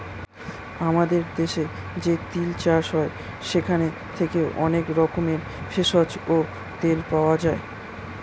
আমাদের দেশে যে তিল চাষ হয় সেখান থেকে অনেক রকমের ভেষজ ও তেল পাওয়া যায়